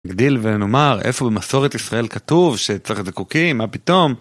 נגדיל ונאמר איפה במסורת ישראל כתוב שצריך זיקוקים מה פתאום.